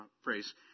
phrase